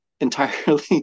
entirely